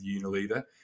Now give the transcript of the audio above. Unilever